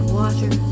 water